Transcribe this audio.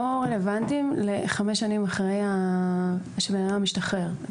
רלוונטי לחמש שנים אחרי שבן אדם משתחרר.